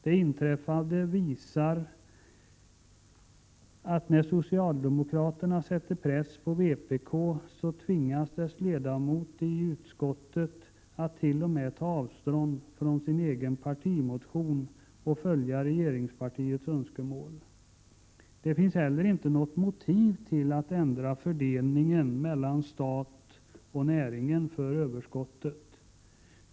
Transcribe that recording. Det inträffade visar att när socialdemokraterna sätter press på vpk så tvingas dess ledamot i utskottet att t.o.m. ta avstånd från sin egen partimotion och följa regeringspartiets önskemål. Det finns heller inte något motiv till att ändra fördelningen mellan stat och näring för överskottet.